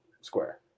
Square